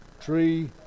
tree